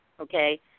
okay